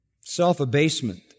self-abasement